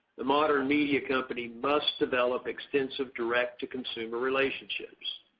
the modern media company must develop extensive direct to consumer relationships.